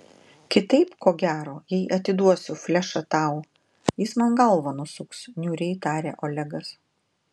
kitaip ko gero jei atiduosiu flešą tau jis man galvą nusuks niūriai tarė olegas